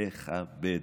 לכבד.